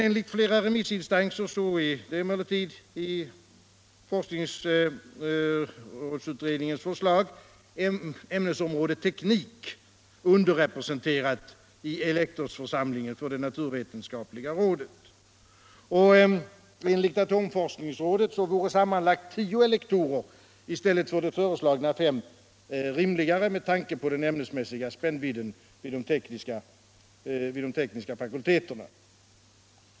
Enligt flera remissinstanser är emellertid i forskningsrådsutredningens förslag ämnesområdet teknik underrepresenterat i elektorsförsamlingen för det naturvetenskapliga rådet. Enligt atomforskningsrådet vore sammanlagt tio elektorer i stället för föreslagna fem rimligare med tanke på den ämnesmässiga spännvidden vid de tekniska fakulteterna.